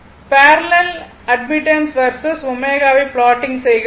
parallel admittance versus ω வை plotting செய்கிறோம்